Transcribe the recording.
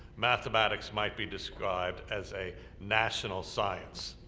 mathematics might be described as a national science.